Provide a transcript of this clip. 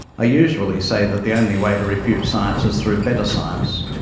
i usually say that the only way to refute science is through better science,